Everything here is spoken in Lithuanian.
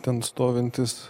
ten stovintis